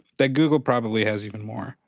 that google probably has even more.